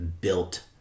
built